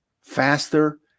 faster